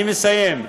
אני מסיים.